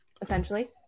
Essentially